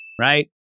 right